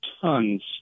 tons